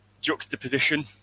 juxtaposition